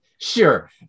Sure